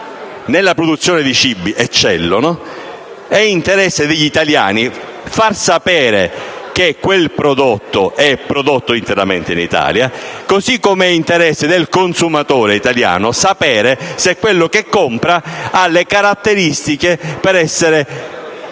nella produzione di cibo eccellono, far sapere che quel prodotto è realizzato interamente in Italia, così com'è interesse del consumatore italiano sapere se quello che compra ha le caratteristiche per essere